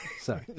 Sorry